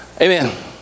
Amen